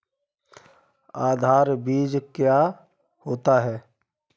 आधार बीज क्या होता है?